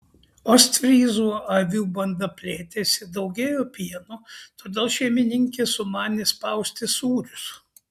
ostfryzų avių banda plėtėsi daugėjo pieno todėl šeimininkė sumanė spausti sūrius